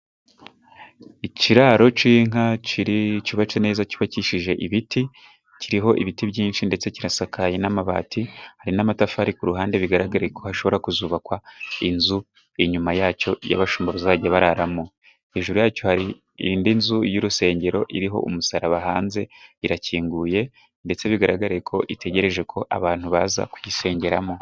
Ikiraro cy'inka kiri, cyubatse neza, cyubakishije ibiti, kiriho ibiti byinshi ndetse kirasakaye n'amabati, hari n'amatafari ku ruhande, bigaragare ko hashobora kuzubakwa inzu inyuma yacyo, iyo abashumba bazajya bararamo. Hejuru yacyo hari indi nzu y'urusengero iriho umusaraba, hanze irakinguye, ndetse bigaragare ko itegereje ko abantu baza kuyisengeramo.